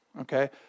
Okay